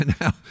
Now